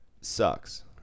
sucks